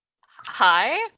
Hi